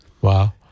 Wow